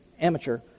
amateur